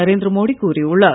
நரேந்திர மோடி கூறியுள்ளார்